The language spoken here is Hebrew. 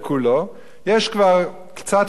יש כבר קצת פלורליזם שם.